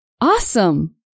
Awesome